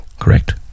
Correct